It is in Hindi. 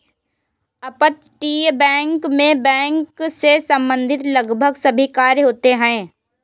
अपतटीय बैंक मैं बैंक से संबंधित लगभग सभी कार्य होते हैं